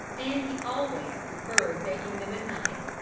and he always preferred making them at night,